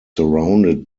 surrounded